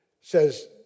says